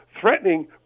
threatening